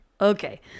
Okay